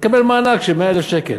לקבל מענק של 100,000 שקל.